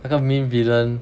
那个 main villain